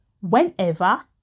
whenever